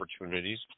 opportunities